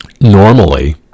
normally